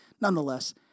Nonetheless